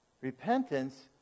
Repentance